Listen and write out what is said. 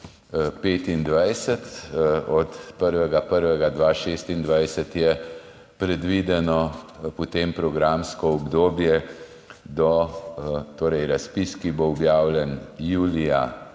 Od 1. 1. 2026 je predvideno potem programsko obdobje, torej razpis, ki bo objavljen julija